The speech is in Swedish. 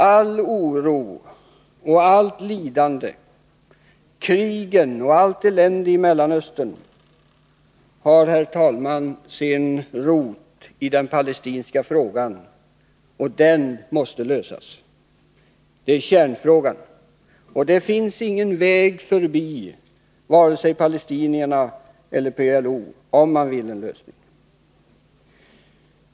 All oro och allt lidande, krigen och allt elände i Mellanöstern har, herr talman, sin rot i den palestinska frågan, och den måste lösas. Det är kärnpunkten. Det finns ingen väg förbi vare sig palestinierna eller PLO, om man vill nå en lösning.